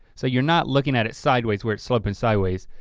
so you're not looking at it sideways where it's sloping sideways.